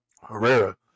Herrera